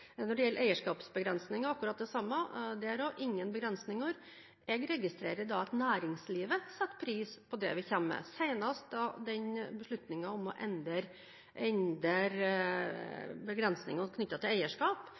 Når det gjelder eierskapsbegrensninger, er det akkurat det samme, der er det heller ingen begrensninger. Jeg registrerer at næringslivet setter pris på det vi kommer med, senest beslutningen om å endre begrensninger knyttet til eierskap.